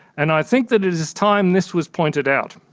and i think that it is time this was pointed out.